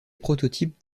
prototype